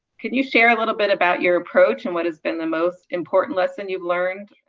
can you share a little bit about your approach and what has been the most important lesson you've learned?